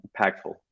impactful